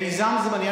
שלי, שלי, מיזם זמני.